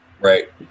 Right